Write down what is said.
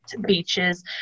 beaches